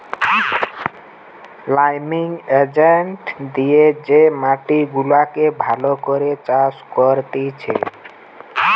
liming agent দিয়ে যে মাটি গুলাকে ভালো করে চাষ করতিছে